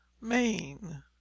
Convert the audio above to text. Maine